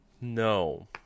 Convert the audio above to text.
No